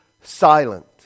silent